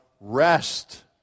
rest